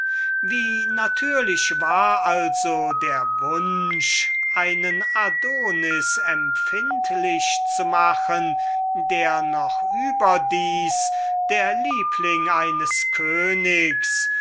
wie natürlich war also der wunsch einen adonis empfindlich zu machen der noch dazu der liebling eines königs